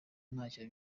ntacyo